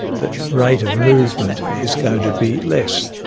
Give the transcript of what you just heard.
the rate of movement is going to be less,